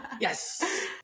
Yes